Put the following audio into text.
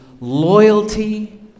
Loyalty